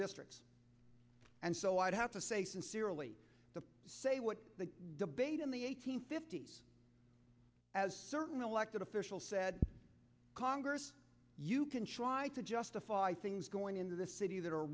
districts and so i'd have to say sincerely to say what the debate in the eight hundred fifty s as certain elected official said congress you can try to justify things going into the city that are